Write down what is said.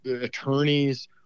attorneys